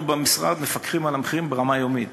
אנחנו במשרד מפקחים על המחירים ברמה יומית.